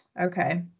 okay